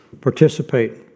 participate